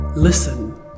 Listen